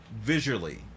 visually